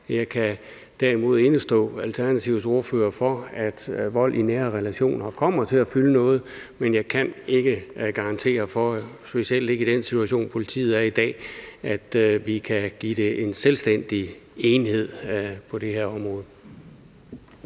Jeg kan derimod over for Alternativets ordfører stå inde for, at vold i nære relationer kommer til at fylde noget, men jeg kan ikke garantere – specielt ikke i den situation, politiet er i i dag – at vi kan give det en selvstændig enhed på det her område.